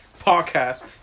podcast